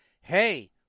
hey